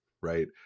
right